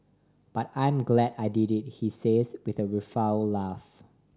but I'm glad I did it he says with a rueful laugh